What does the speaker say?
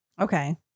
Okay